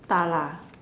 da-la